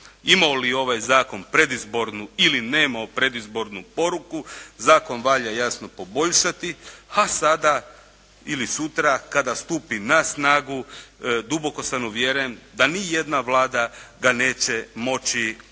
ima li ovaj zakon ili nema predizbornu poruku, zakon valja jasno poboljšati. A sada ili sutra kada stupi na snagu duboko sam uvjeren da ni jedna Vlada ga neće moći ukinuti,